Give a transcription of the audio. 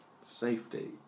safety